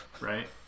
right